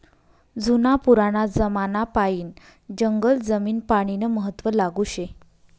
जुना पुराना जमानापायीन जंगल जमीन पानीनं महत्व लागू शे